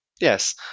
Yes